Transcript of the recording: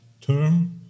term